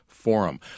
Forum